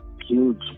Huge